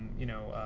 you know,